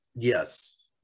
Yes